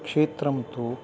क्षेत्रं तु